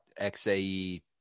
XAE